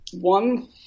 one